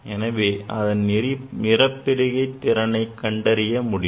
எனவே அதன் நிறப்பிரிகை திறனை கண்டறிய முடியும்